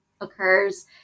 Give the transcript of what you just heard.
occurs